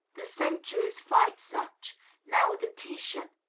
the centuries fight such now with a titian,